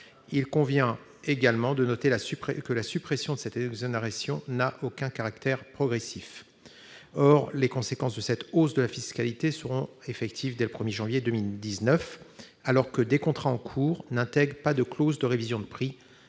Il convient également de noter que la suppression de cette exonération n'a aucun caractère progressif. Or les conséquences de cette hausse de la fiscalité seront effectives dès le 1 janvier 2019, alors même que tous les contrats en cours n'intègrent pas de clause de révision de prix,